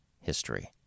history